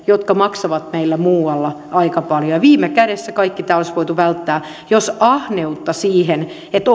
jotka maksavat meillä muualla aika paljon viime kädessä kaikki tämä olisi voitu välttää jos olisi voitu jättää välistä ahneus siihen että